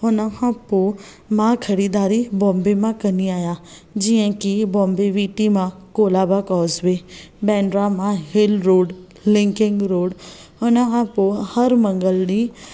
हुन खा पोइ मां ख़रीदारी बोम्बे मां कंदी आहियां जीअं कि बोम्बे वी टी मां कोलाबा कॉसवे बेंड्रा मां हिल रोड लिंकिंग रोड हुन खां पोइ हर मंगल ॾींहुं